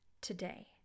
today